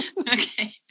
Okay